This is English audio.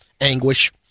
anguish